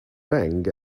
bang